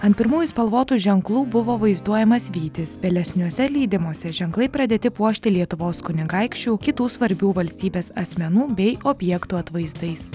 ant pirmųjų spalvotų ženklų buvo vaizduojamas vytis vėlesniuose leidimuose ženklai pradėti puošti lietuvos kunigaikščių kitų svarbių valstybės asmenų bei objektų atvaizdais